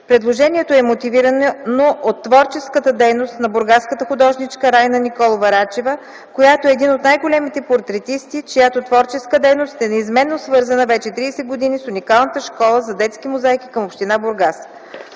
Предложението е мотивирано от творческата дейност на бургаската художничка Райна Николова Рачева, която е един от най-големите портретисти, чиято творческа дейност е неизменно свързана вече 30 години с уникалната школа за детска мозайка към Община Бургас.